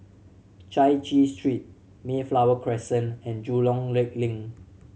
Chai Chee Street Mayflower Crescent and Jurong Lake Link